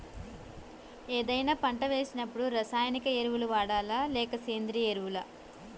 ఏదైనా పంట వేసినప్పుడు రసాయనిక ఎరువులు వాడాలా? లేక సేంద్రీయ ఎరవులా?